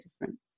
different